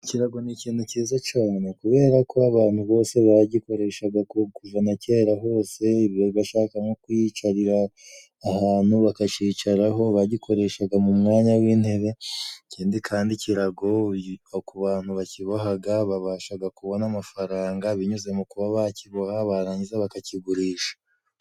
Ikirago ni ikintu cyiza cane, kubera ko abantu bose bagikoreshaga kuva na kera hose, bagashaka nko kwiyicarira ahantu bakacicaraho bagikoreshaga mu mwanya w'intebe, ikindi kandi ikirago ku bantu bakibohaga babashaga kubona amafaranga, binyuze mu kuba bakiboha barangiza bakakigurisha.